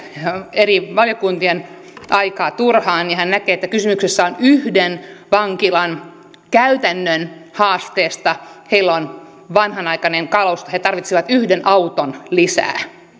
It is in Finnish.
eri valiokuntien aikaa turhaan hän näkisi että kyse on yhden vankilan käytännön haasteesta heillä on vanhanaikainen kalusto he tarvitsevat yhden auton lisää